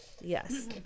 Yes